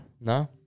No